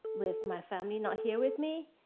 with my family not here with me,